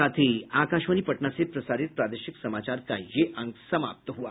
इसके साथ ही आकाशवाणी पटना से प्रसारित प्रादेशिक समाचार का ये अंक समाप्त हुआ